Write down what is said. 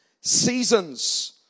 seasons